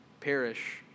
Perish